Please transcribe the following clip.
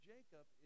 Jacob